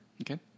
Okay